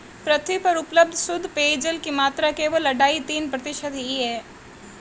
पृथ्वी पर उपलब्ध शुद्ध पेजयल की मात्रा केवल अढ़ाई तीन प्रतिशत ही है